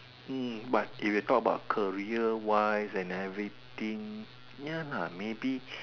mm but if you talk about career wise and everything ya lah maybe